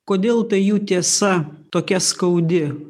kodėl ta jų tiesa tokia skaudi